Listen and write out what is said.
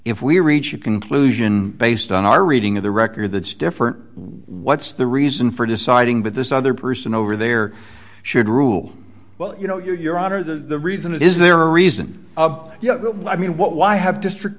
if we reach a conclusion based on our reading of the record that's different what's the reason for deciding that this other person over there should rule well you know your honor the reason it is there a reason you know i mean what why have district